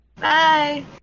Bye